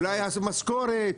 אולי משכורת,